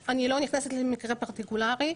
אני לא נכנסת למקרה פרטיקולרי,